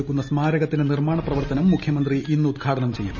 ഒരുക്കുന്ന സ്മാരകത്തിന്റെ നിർമ്മാണ പ്രവർത്തനം മുഖ്യമന്ത്രി ഇന്ന് ഉദ്ഘാടനം ചെയ്യും